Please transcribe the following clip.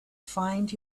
find